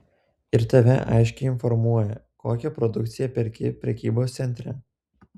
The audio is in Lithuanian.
ir tave aiškiai informuoja kokią produkciją perki prekybos centre